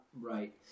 right